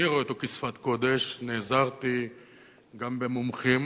אני רואה אותו כשפת קודש, נעזרתי גם במומחים.